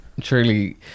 truly